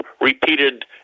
repeated